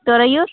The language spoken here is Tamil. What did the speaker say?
துரையூர்